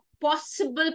possible